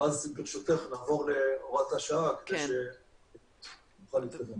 ואז ברשותך נחזור להוראת השעה כדי שנוכל להתקדם.